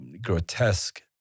grotesque